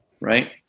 right